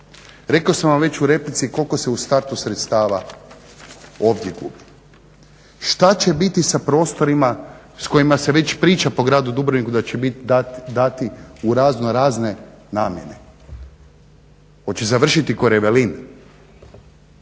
Rekao sam vam već u replici koliko se u startu sredstva ovdje gubi. Šta će biti sa prostorima sa kojima se već priča po gradu Dubrovniku da će biti dati u razno razne namjene? Hoće završiti ko Revelin